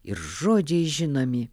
ir žodžiai žinomi